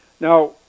Now